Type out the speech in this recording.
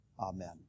Amen